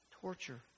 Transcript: torture